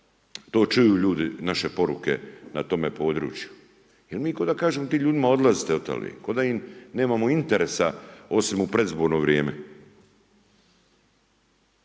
to čuju ljudi naše poruke na tome području. Jer mi kao da kažemo tim ljudi odlazite otale, kao da im nemamo interesa osim u predizborno vrijeme.